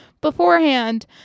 beforehand